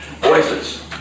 Voices